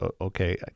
Okay